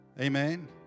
Amen